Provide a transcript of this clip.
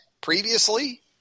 previously